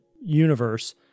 universe